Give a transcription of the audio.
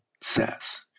says